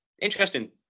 Interesting